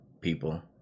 people